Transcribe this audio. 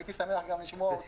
הייתי שמח גם לשמוע אותו.